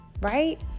right